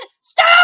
STOP